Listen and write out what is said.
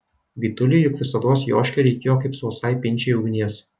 vytuliui juk visados joškio reikėjo kaip sausai pinčiai ugnies